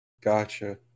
Gotcha